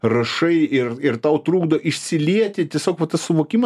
rašai ir ir tau trukdo išsilieti tiesiog vat suvokimas